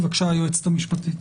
בבקשה, היועצת המשפטית.